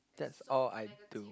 that's all I do